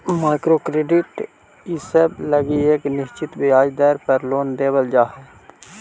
micro credit इसब लगी एक निश्चित ब्याज दर पर लोन देवल जा हई